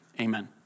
Amen